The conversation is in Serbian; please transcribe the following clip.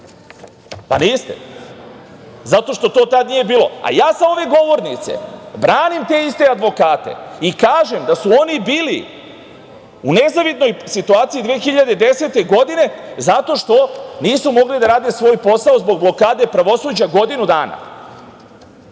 Pa, niste, zato što to tada nije bilo, a ja sa ove govornice, branim te iste advokate i kažem da su oni bili u nezavidnoj situaciji 2010. godine zato što nisu mogli da rade svoj posao zbog blokade pravosuđa godinu dana. Da